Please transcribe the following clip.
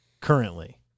currently